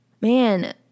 man